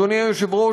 אדוני היושב-ראש,